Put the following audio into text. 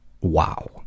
Wow